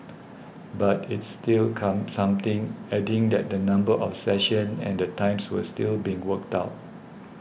but it's still come something adding that the number of sessions and the times were still being worked out